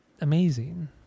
amazing